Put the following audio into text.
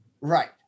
Right